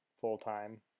full-time